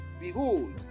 behold